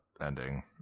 ending